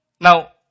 Now